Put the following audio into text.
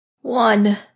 One